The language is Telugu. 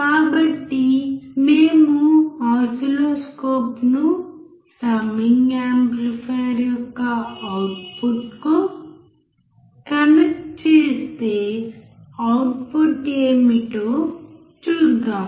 కాబట్టి మేము ఒస్సిల్లోస్కోప్ను సమ్మింగ్ యాంప్లిఫైయర్ యొక్క అవుట్పుట్కు కనెక్ట్ చేస్తే అవుట్పుట్ ఏమిటో చూద్దాం